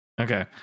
okay